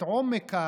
עמדה